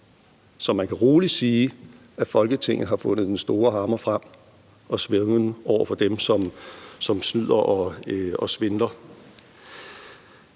Så man kan rolig sige, at Folketinget har fundet den store hammer frem og svunget den over for dem, som snyder og svindler.